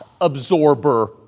absorber